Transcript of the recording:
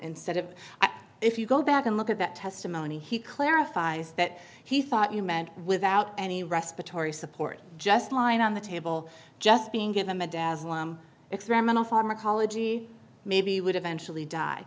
instead of if you go back and look at that testimony he clarifies that he thought you meant without any respiratory support just lying on the table just being give him a dazzling experimental pharmacology maybe would eventually die